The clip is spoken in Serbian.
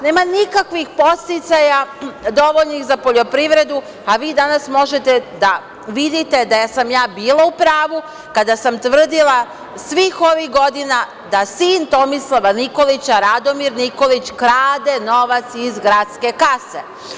Nema nikakvih podsticaja dovoljnih za poljoprivredu, a vi danas možete da vidite gde sam ja bila u pravu kada sam tvrdila svih ovih godina da sin Tomislava Nikolića, Radomir Nikolić, krade novac iz gradske kase.